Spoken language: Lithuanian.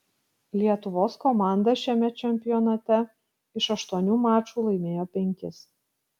lietuvos komanda šiame čempionate iš aštuonių mačų laimėjo penkis